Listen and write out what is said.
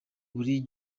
buri